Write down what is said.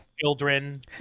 children